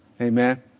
Amen